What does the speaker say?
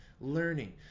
learning